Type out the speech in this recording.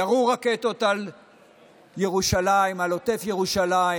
ירו רקטות על ירושלים, על עוטף ירושלים.